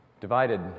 Divided